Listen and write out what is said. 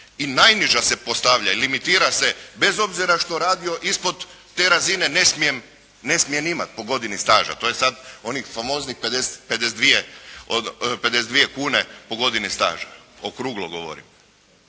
i najniža se postavlja i limitira se bez obzira što radio ispod te razine ne smijem imati po godini staža, to je sada onih famoznih 52 kune po godini staža, okruglo govorim